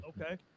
Okay